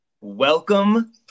Welcome